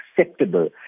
acceptable